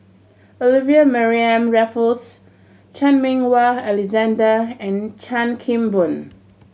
Olivia Mariamne Raffles Chan Meng Wah Alexander and Chan Kim Boon